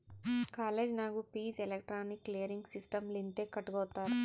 college ನಾಗೂ fees electronic clearing system ಲಿಂತೆ ಕಟ್ಗೊತ್ತಾರ್